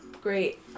Great